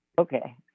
Okay